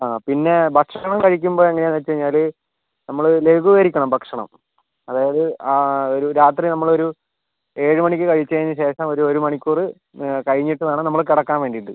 അ പിന്നെ ഭക്ഷണം കഴിക്കുമ്പോൾ എങ്ങനെയാന്ന് വച്ചുകഴിഞ്ഞാൽ നമ്മള് ലഘൂകരിക്കണം ഭക്ഷണം അതായത് അ ഒരു രാത്രി നമ്മളൊരു ഏഴ് മണിക്ക് കഴിച്ചതിനുശേഷം ഒരു ഒരുമണിക്കൂറ് കഴിഞ്ഞിട്ട് വേണം നമ്മൾ കിടക്കാൻ വേണ്ടിയിട്ട്